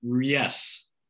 Yes